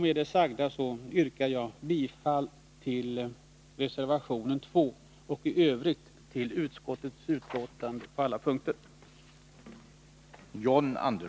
Med det sagda yrkar jag bifall till reservationen nr 2 och i övrigt bifall till utskottets hemställan på alla punkter.